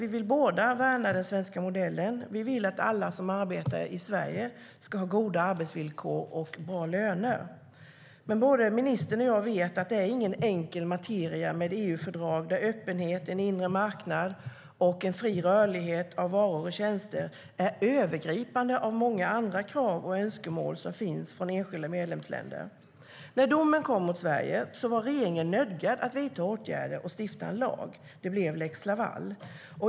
Vi vill båda värna den svenska modellen, och vi vill att alla som arbetar i Sverige ska ha goda arbetsvillkor och bra löner. När domen kom mot Sverige var regeringen nödgad att vidta åtgärder och stifta en lag. Det blev lex Laval.